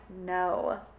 no